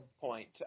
point